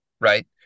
Right